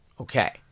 Okay